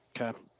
Okay